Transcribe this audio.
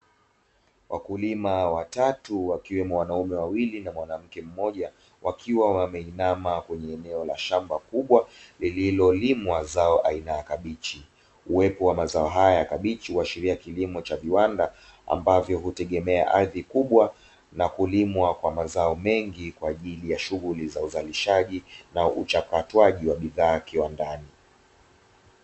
Wakuliima watatu wakiwemo wanaume wawili na mwanamke mmoja wakiwa wameinama kwenye eneo la shamba kubwa lililolimwa zao aina ya kabichi. Uwepo wa mazao haya ya kabichi waashiria kilimo cha viwanda ambavyo hutegemea ardhi kubwa na kulimwa kwa mazao mengi kwa ajili ya shughuli za uzalishaji na uchakatajwaji wa bidhaa kiwandani.